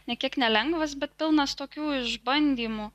nė kiek nelengvas bet pilnas tokių išbandymų